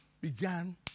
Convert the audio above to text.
began